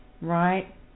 right